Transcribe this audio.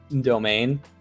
domain